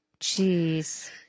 Jeez